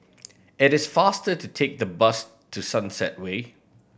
it is faster to take the bus to Sunset Way